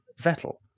vettel